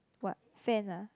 what fan ah